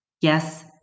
Yes